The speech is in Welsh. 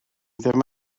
ddim